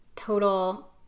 total